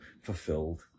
fulfilled